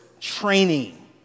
training